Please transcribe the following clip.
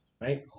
right